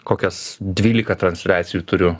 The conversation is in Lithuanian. kokias dvylika transliacijų turiu